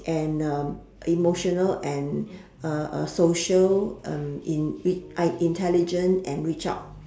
and um emotional and uh uh social um in re~ intelligent and reach out